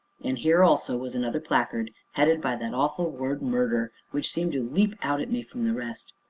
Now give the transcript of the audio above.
and here, also, was another placard, headed by that awful word murder which seemed to leap out at me from the rest.